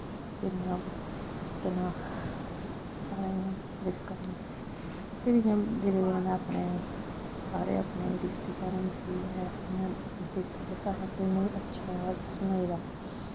फिर इ'यां केह् नांऽ सारें इ'यां तरीफ करनी फिर इ'यां में धीरे धीरे अपने सारे अपने रिश्तेदारें दे सियै इ'यां दित्ता ते सारे आक्खा दे हे नेईं अच्छा सनोए दा ऐ